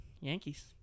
Yankees